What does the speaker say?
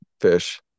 fish